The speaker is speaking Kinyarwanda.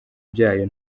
byayo